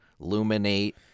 Luminate